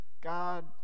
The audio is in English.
God